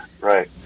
Right